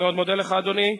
אני מאוד מודה לך, אדוני.